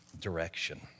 direction